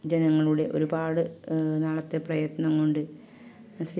ജനങ്ങളുടെ ഒരുപാട് നാളത്തെ പ്രയത്നം കൊണ്ട്